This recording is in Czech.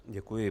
Děkuji.